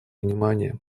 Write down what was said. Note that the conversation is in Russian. внимание